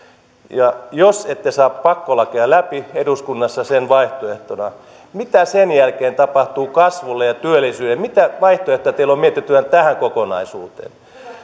ja jos ette saa pakkolakia läpi eduskunnassa sen vaihtoehtona mitä sen jälkeen tapahtuu kasvulle ja työllisyydelle mitä vaihtoehtoja teillä on mietittynä tähän kokonaisuuteen teidän